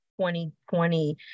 2020